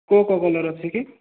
କେଉଁ କେଉଁ କଲର ଅଛି କି